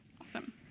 Awesome